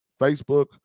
Facebook